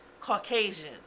Caucasian